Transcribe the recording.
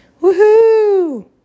Woohoo